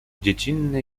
dziecinny